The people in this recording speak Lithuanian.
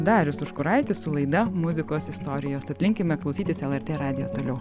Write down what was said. darius užkuraitis su laida muzikos istorijos tad linkime klausytis lrt radijo toliau